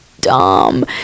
dumb